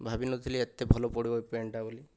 ଭାବିନଥିଲି ଏତେ ଭଲ ପଡ଼ିବ ଏ ପ୍ୟାଣ୍ଟଟା ବୋଲି